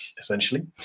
essentially